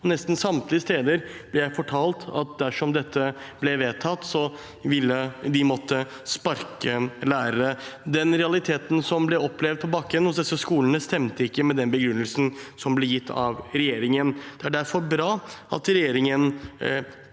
nesten samtlige steder ble jeg fortalt at dersom dette ble vedtatt, ville de måtte sparke lærere. Den realiteten som ble opplevd på bakken i disse skolene, stemte ikke med den begrunnelsen som ble gitt av regjeringen. Det er derfor bra at regjeringen